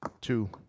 Two